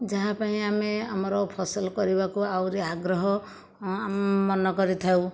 ଯାହା ପାଇଁ ଆମେ ଆମର ଫସଲ କରିବାକୁ ଆହୁରି ଆଗ୍ରହ ମନ କରିଥାଉ